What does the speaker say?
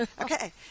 Okay